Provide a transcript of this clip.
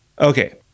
Okay